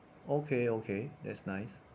okay okay that's nice